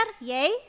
yay